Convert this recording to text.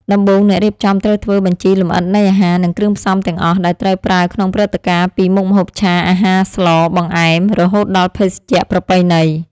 ដំបូង អ្នករៀបចំត្រូវធ្វើបញ្ជីលម្អិតនៃអាហារ និងគ្រឿងផ្សំទាំងអស់ ដែលត្រូវប្រើក្នុងព្រឹត្តិការណ៍ពីមុខម្ហូបឆា អាហារស្ល បង្អែម រហូតដល់ភេសជ្ជៈប្រពៃណី។